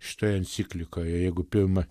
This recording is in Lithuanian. šitoj enciklikoj jeigu pirma